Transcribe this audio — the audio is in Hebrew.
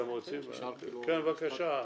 שלא במסגרת אשפוז"; מחקנו בפסקה (3)